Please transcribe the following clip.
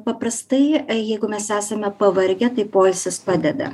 paprastai jeigu mes esame pavargę tai poilsis padeda